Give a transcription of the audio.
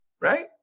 Right